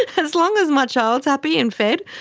as long as my child is happy and fed,